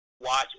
watch